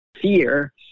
fear